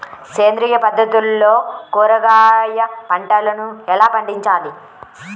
సేంద్రియ పద్ధతుల్లో కూరగాయ పంటలను ఎలా పండించాలి?